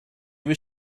was